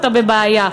אתה בבעיה.